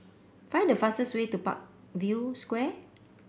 find the fastest way to Parkview Square